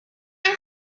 خیلی